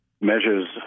measures